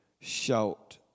shout